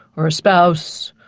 or a spouse,